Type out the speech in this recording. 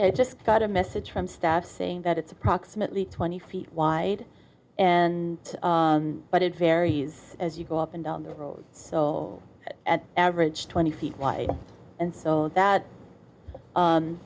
it just got a message from staff saying that it's approximately twenty feet wide and but it varies as you go up and down the road so at average twenty feet wide and so that